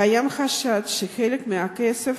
קיים חשד שחלק מהכסף